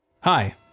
Hi